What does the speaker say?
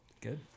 Good